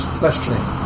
questioning